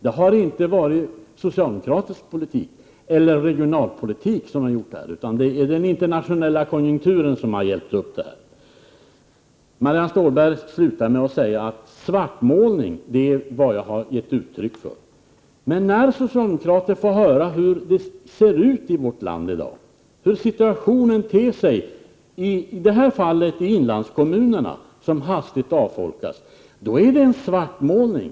Det har inte varit socialdemokratisk politik eller regionalpolitik som har givit detta resultat, utan det har varit den internationella högkonjunkturen som hjälpt upp utvecklingen. Marianne Stålberg avslutade med att säga att svartmålning är vad jag har givit uttryck för. När socialdemokrater får höra hur det ser ut i vårt land i dag, hur situationen ter sig för, i detta fall, inlandskommunerna, vilka hastigt avfolkas, då är det svartmålning.